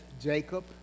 Jacob